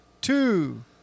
Two